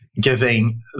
giving